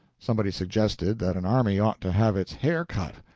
somebody suggested that an army ought to have its hair cut,